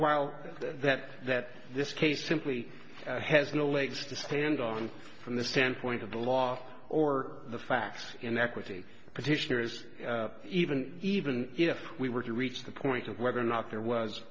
while that that this case simply has no legs to stand on from the standpoint of the law or the facts in equity petitioners even even if we were to reach the point of whether or not there was